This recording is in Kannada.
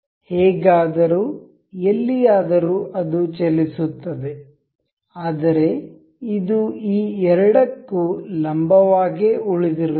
ಹೇಗಾದರೂ ಎಲ್ಲಿಯಾದರೂ ಅದು ಚಲಿಸುತ್ತದೆ ಆದರೆ ಇದು ಈ ಎರಡಕ್ಕೂ ಲಂಬವಾಗೇ ಉಳಿದಿರುತ್ತದೆ